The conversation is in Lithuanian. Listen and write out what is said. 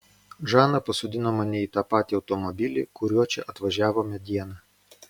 žana pasodino mane į tą patį automobilį kuriuo čia atvažiavome dieną